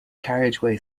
carriageway